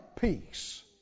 peace